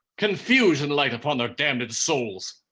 confusion light upon their damned souls.